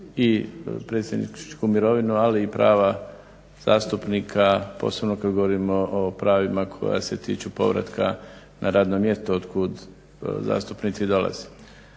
i predsjedničku mirovinu ali i prava zastupnika posebno kada govorimo o pravima koja se tiču povratka na radno mjesto od kuda zastupnici dolaze.